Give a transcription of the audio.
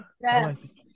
Yes